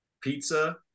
Pizza